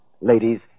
Ladies